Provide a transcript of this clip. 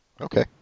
Okay